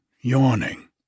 yawning